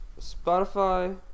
Spotify